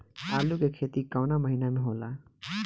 आलू के खेती कवना महीना में होला?